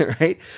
right